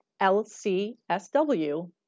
LCSW